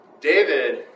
David